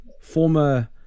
former